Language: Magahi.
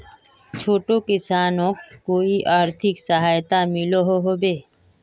छोटो किसानोक कोई आर्थिक सहायता मिलोहो होबे?